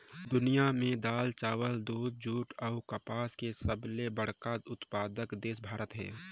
दुनिया में दाल, चावल, दूध, जूट अऊ कपास के सबले बड़ा उत्पादक भारत देश हे